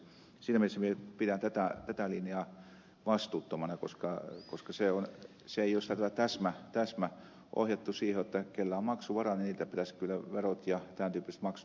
siinä mielessä minä pidän tätä linjaa vastuuttomana koska se ei ole sillä tavalla täsmäohjattu siihen jotta niiltä joilla on maksuvaraa pitäisi kyllä verot ja tämän tyyppiset maksut myös ottaa